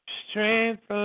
strength